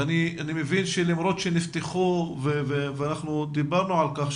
ואני מבין שלמרות שנפתחו ואנחנו דיברנו על כך,